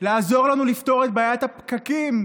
לעזור לנו לפתור את בעיית הפקקים.